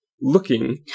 looking